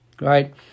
right